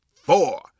four